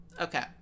Okay